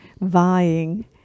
vying